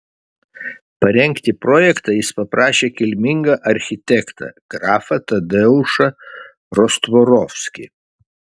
parengti projektą jis paprašė kilmingą architektą grafą tadeušą rostvorovskį